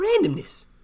randomness